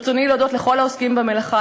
ברצוני להודות לכל העוסקים במלאכה,